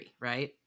right